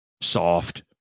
Soft